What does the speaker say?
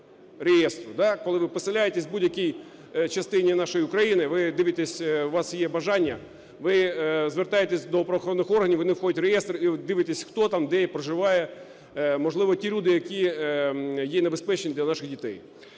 Коли ви поселяєтеся у будь-якій частині нашої України, ви дивитеся, у вас є бажання, ви звертаєтеся до правоохоронних органів, вони входять в реєстр – і ви дивитесь, хто там де проживає. Можливо, ті люди, які є небезпечні для наших дітей.